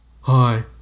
Hi